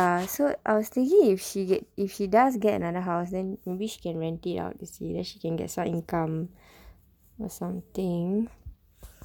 ya so I was thinking if she get if she does get another house then maybe she can rent it out to see then she can get some income or something